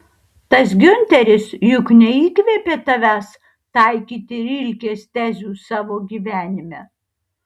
tas giunteris juk neįkvėpė tavęs taikyti rilkės tezių savo gyvenime